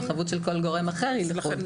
וחבות של כל גורם אחר היא לחוד.